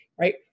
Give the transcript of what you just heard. right